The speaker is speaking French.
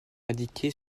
indiquée